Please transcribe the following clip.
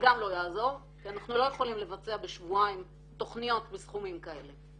גם לא יעזור כי אנחנו לא יכולים לבצע בשבועיים תכניות בסכומים כאלה.